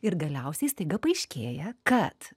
ir galiausiai staiga paaiškėja kad